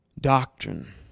Doctrine